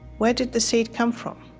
where did the seed come from?